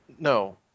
No